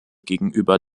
gegenüber